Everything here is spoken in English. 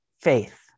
faith